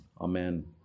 Amen